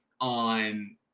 on